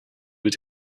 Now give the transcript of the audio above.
was